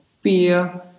fear